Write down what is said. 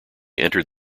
entered